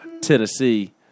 Tennessee